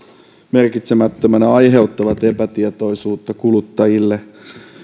merkitsemättöminä aiheuttavat epätietoisuutta kuluttajille ja